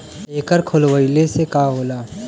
एकर खोलवाइले से का होला?